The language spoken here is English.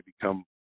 become